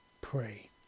Pray